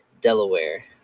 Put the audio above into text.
Delaware